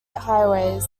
highways